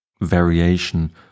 variation